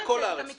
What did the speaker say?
אז בכל הארץ.